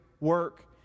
work